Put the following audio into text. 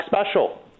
special